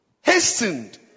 hastened